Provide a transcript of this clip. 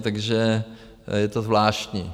Takže je to zvláštní.